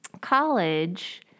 college